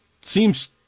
seems